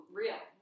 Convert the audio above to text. real